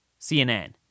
CNN